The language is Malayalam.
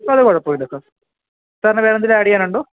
ഒരു കുഴപ്പവുമില്ല സാർ സാറിന് വേറെ എന്തേലും ആഡ് ചെയ്യാനുണ്ടോ